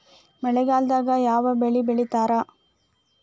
ಮಳೆಗಾಲದಾಗ ಯಾವ ಬೆಳಿ ಬೆಳಿತಾರ?